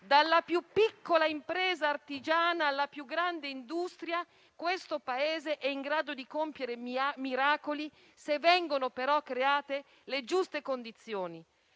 dalla più piccola impresa artigiana alla più grande industria, questo Paese è in grado di compiere miracoli, se vengono però create le giuste condizioni.